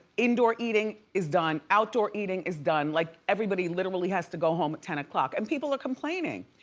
indoor eating is done. outdoor eating is done. like everybody literally has to go home at ten o'clock, and people are complaining.